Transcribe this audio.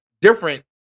different